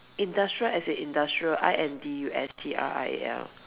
industrial as in industrial I N D U S T R I A L